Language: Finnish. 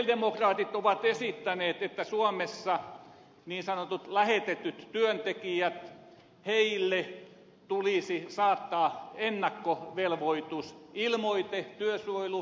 sosialidemokraatit ovat esittäneet että suomessa niin sanotuille lähetetyille työntekijöille tulisi saattaa ennakkoilmoitusvelvoite työsuojelupiiriin